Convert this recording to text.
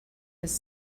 his